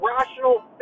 rational